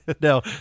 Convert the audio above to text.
No